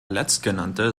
letztgenannte